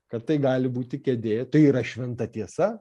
kad tai gali būti kėdė tai yra šventa tiesa